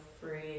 free